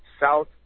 South